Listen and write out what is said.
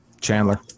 Chandler